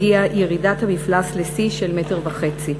הגיעה ירידת המפלס לשיא של מטר וחצי.